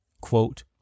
quote